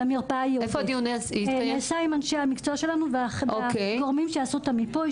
הוא נעשה עם אנשי המקצוע שלנו והגורמים שעשו את המיפוי.